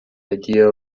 idea